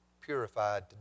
purified